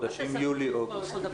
בחודשים יוני אוגוסט.